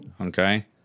Okay